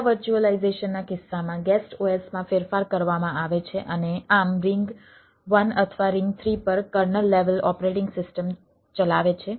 para વર્ચ્યુઅલાઇઝેશનના કિસ્સામાં guest OS માં ફેરફાર કરવામાં આવે છે અને આમ રિંગ 1 અથવા રિંગ 3 પર કર્નલ લેવલ ઓપરેટિંગ સિસ્ટમ ચલાવે છે